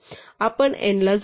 आपण n ला जोडतो